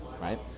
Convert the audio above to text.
Right